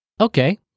Okay